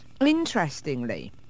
interestingly